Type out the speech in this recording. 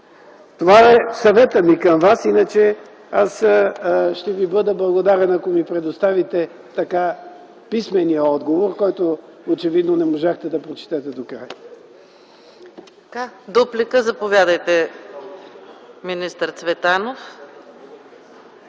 Това е съветът ми към Вас. Иначе аз ще Ви бъда благодарен, ако ми предоставите писмения отговор, който очевидно не можахте да прочетете докрай.